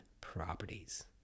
properties